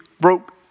broke